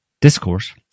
discourse